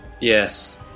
Yes